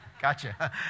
gotcha